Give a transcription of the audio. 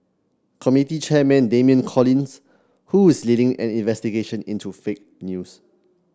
committee chairman Damian Collins who is leading an investigation into fake news